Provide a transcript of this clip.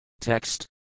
Text